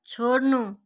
छोड्नु